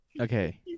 Okay